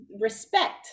respect